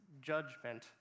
Judgment